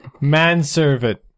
Manservant